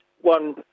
one